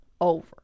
over